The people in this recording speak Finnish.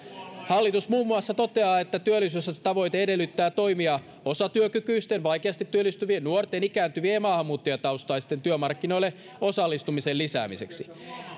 hallitus muun muassa toteaa että työllisyysastetavoite edellyttää toimia osatyökykyisten vaikeasti työllistyvien nuorten ikääntyvien ja maahanmuuttajataustaisten työmarkkinoille osallistumisen lisäämiseksi